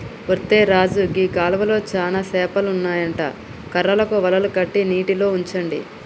ఒరై రాజు గీ కాలువలో చానా సేపలు ఉంటాయి కర్రలకు వలలు కట్టి నీటిలో ఉంచండి